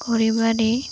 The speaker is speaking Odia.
କରିବାରେ